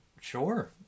Sure